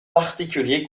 particulier